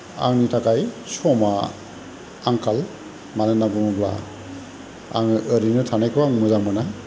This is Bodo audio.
आंनि थाखाय समा आंखाल मानो होनना बुङोब्ला आङो ओरैनो थानायखौ आं मोजां मोना